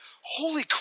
holy